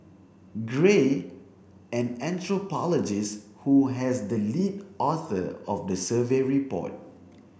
gray an anthropologist who has the lead author of the survey report